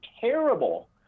terrible